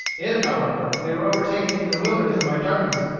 if, however, they were overtaken in the wilderness by darkness,